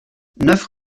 neuf